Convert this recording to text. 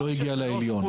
לא הגיע לעליון.